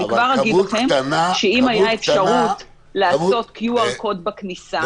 אני כבר אגיד לכם שאם הייתה אפשרות לעשות קוד QR בכניסה,